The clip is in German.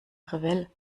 revell